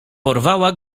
porwała